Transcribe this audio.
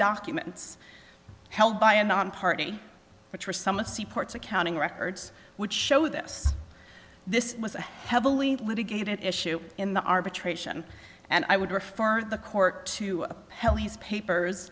documents held by a nonparty which were some of seaports accounting records which show this this was a heavily litigated issue in the arbitration and i would refer the court to a pelleas papers